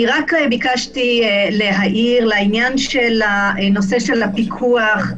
רק ביקשתי להעיר לעניין נושא הפיקוח,